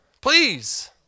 Please